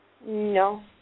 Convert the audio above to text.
No